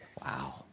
Wow